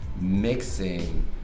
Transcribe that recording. mixing